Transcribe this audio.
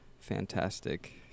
fantastic